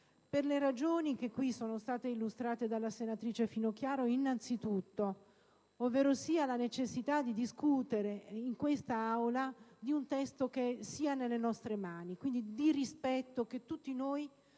per le ragioni che qui sono state illustrate dalla senatrice Finocchiaro innanzi tutto, ovverosia la necessità di discutere in quest'Aula di un testo che sia nelle nostre mani, quindi per il rispetto che tutti noi